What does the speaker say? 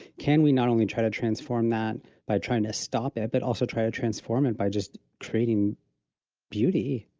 can we not only try to transform that by trying to stop it, but also try to transform it by just creating beauty?